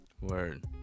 Word